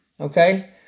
Okay